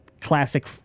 classic